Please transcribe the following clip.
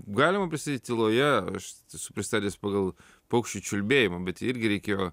galima pristatyt tyloje aš esu pristatęs pagal paukščių čiulbėjimą bet jį irgi reikėjo